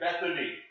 Bethany